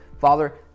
Father